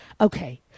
okay